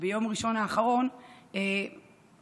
ביום ראשון האחרון חוק